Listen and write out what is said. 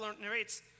narrates